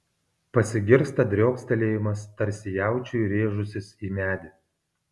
pasigirsta driokstelėjimas tarsi jaučiui rėžusis į medį